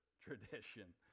Tradition